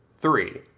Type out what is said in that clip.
three.